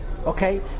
okay